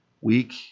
Week